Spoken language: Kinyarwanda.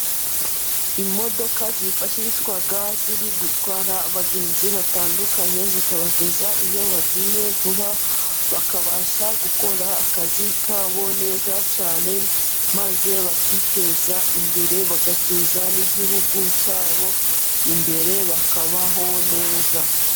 Imodoka zifashishwa ziri gutwara abagenzi batandukanye zikabageza iyo bagiye vuba, bakabasha gukora akazi kabo neza cyane, maze bakiteza imbere, bagateza n'igihugu cyabo imbere bakabaho neza.